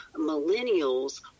millennials